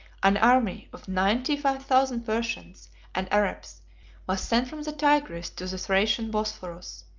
an army of ninety-five thousand persians and arabs was sent from the tigris to the thracian bosphorus,